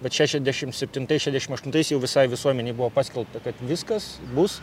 bet šešiasdešim septintais šedešim aštuntais jau visai visuomenei buvo paskelbta kad viskas bus